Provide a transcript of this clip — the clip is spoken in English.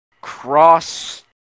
cross